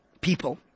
people